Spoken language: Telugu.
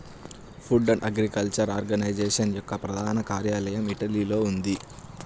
ఫుడ్ అండ్ అగ్రికల్చర్ ఆర్గనైజేషన్ యొక్క ప్రధాన కార్యాలయం ఇటలీలో ఉంది